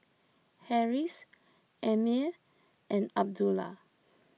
Harris Ammir and Abdullah